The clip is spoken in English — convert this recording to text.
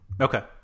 Okay